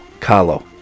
kalo